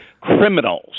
criminals